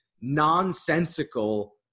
nonsensical